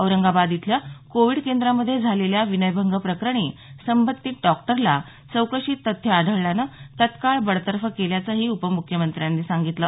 औरंगाबाद इथल्या कोविड केंद्रामध्ये झालेल्या विनयभंग प्रकरणी संबंधित डॉक्टरला चौकशीत तथ्य आढळल्यानं तात्काळ बडतर्फ केल्याचंही उपमुख्यमंत्र्यांनी सांगितलं